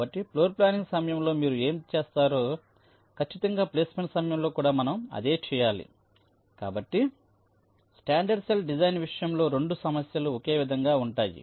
కాబట్టి ఫ్లోర్ప్లానింగ్ సమయంలో మీరు ఏమి చేసారో ఖచ్చితంగా ప్లేస్మెంట్ సమయంలో కూడా మనం అదే చేయాలి కాబట్టి స్టాండర్డ్ సెల్ డిజైన్ విషయంలో రెండు సమస్యలు ఒకే విధంగా ఉంటాయి